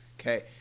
Okay